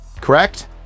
correct